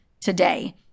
today